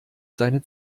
seine